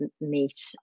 meet